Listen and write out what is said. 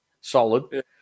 solid